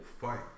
fight